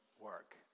work